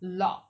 lock